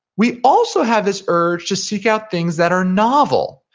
we also have this urge to seek out things that are novel,